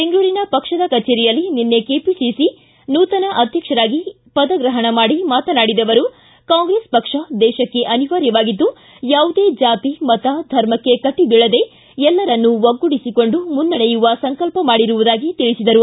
ಬೆಂಗಳೂರಿನ ಪಕ್ಷದ ಕಛೇರಿಯಲ್ಲಿ ನಿನ್ನೆ ಕೆಪಿಸಿಸಿ ನೂತನ ಅಧ್ಯಕ್ಷರಾಗಿ ಪದಗ್ರಹಣ ಮಾಡಿ ಮಾತನಾಡಿದ ಅವರು ಕಾಂಗ್ರೆಸ್ ಪಕ್ಷ ದೇಶಕ್ಕೆ ಅನಿವಾರ್ಯವಾಗಿದ್ದು ಯಾವುದೇ ಜಾತಿ ಮತ ಧರ್ಮಕ್ಕೆ ಕಟ ಬಳದೇ ಎಲ್ಲರನ್ನು ಒಗ್ಗೂಡಿಸಿಕೊಂಡು ಮುನ್ನಡೆಯುವ ಸಂಕಲ್ಪ ಮಾಡಿರುವುದಾಗಿ ತಿಳಿಸಿದರು